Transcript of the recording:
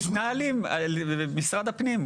והם מתנהלים במשרד הפנים,